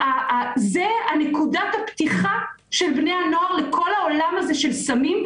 זו נקודת הפתיחה של בני הנוער לכל העולם הזה של סמים,